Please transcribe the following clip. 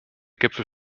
gipfel